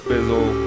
Bizzle